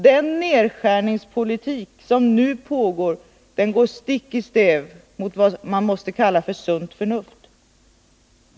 Den nedskärningspolitik som nu pågår går stick i stäv mot sunt förnuft.